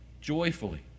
joyfully